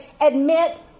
admit